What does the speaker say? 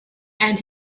and